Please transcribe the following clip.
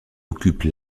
occupent